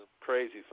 crazy